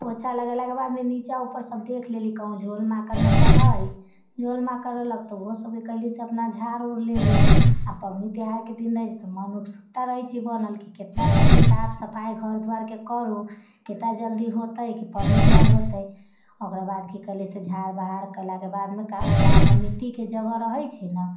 पोछा लगेलाके बाद भी निचा उपर सब देख लेली कहूँ झोल माकड़ नहि तऽ हइ झोल माकड़ रहलक तऽ ओहो सबके कएली से अपना झाड़ि उड़ि लेली आओर पावनि त्योहारके दिन रहै छै तऽ मोनमे उत्सुकता रहै छै बनल कि कतना जल्दी साफ सफाइ घर दुआरिके करू कतना जल्दी हौते कि पावनि त्योहार होतै ओकरा बाद कि कएली कि झाड़ बहार केलाके बाद जहाँपर मिट्टीके जगह रहै छै ने